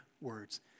words